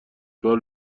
بار